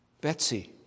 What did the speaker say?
Betsy